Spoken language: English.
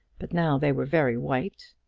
but now they were very white.